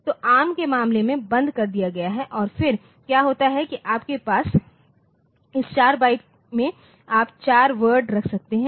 तो एआरएम के मामले में बंद कर दिया गया है और फिर क्या होता है कि आपके पास इस 4 बाइट में आप 4 वर्ड रख सकते हैं